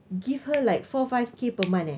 give her like four five K per month eh